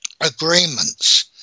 agreements